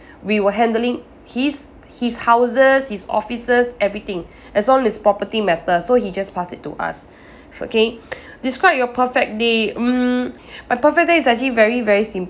we were handling his his houses his offices everything as long as property matters so he just pass it to us f~ okay describe your perfect day mm my perfect day is actually very very sim~